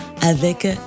avec